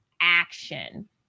action